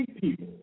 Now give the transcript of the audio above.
people